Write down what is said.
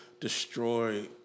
destroy